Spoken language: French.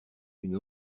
une